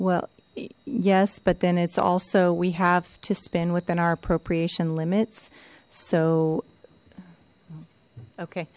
well yes but then it's also we have to spend within our appropriation limits so okay